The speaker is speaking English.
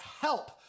help